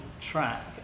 track